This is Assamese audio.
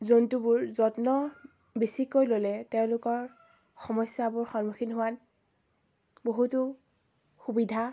জন্তুবোৰ যত্ন বেছিকৈ ল'লে তেওঁলোকৰ সমস্যাবোৰ সন্মুখীন হোৱাত বহুতো সুবিধা